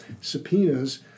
subpoenas